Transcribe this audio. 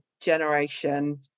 generation